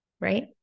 right